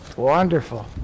Wonderful